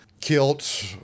kilt